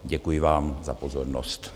Děkuji vám za pozornost.